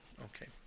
Okay